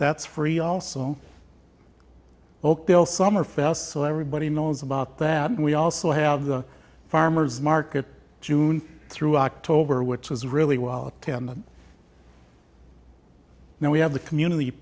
that's free also oakdale summerfest so everybody knows about that and we also have the farmer's market june through october which is really well attended now we have the community